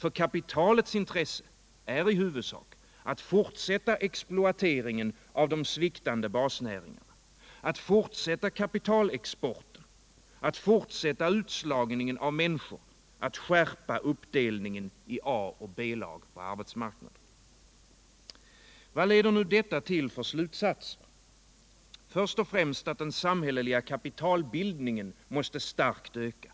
Ty kapitalets intresse är i huvudsak att fortsätta exploateringen av de sviktande basnäringarna, att fortsätta kapitalexporten, att fortsätta utslagningen av människor, att skärpa uppdelningen på arbetsmarknaden i A och B-lag. Vad Ieder nu detta till för slutsatser? Först och främst att den samhälleliga kapitalbildningen måste starkt öka.